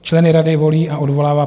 Členy rady volí a odvolává